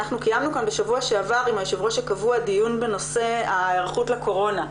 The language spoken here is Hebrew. קיימנו בשבוע שעבר עם היו"ר הקבוע דיון בנושא ההיערכות לקורונה.